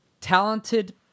Talented